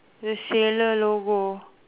the sailor logo